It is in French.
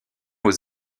aux